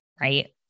Right